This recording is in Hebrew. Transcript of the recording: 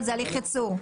זה הליך ייצור.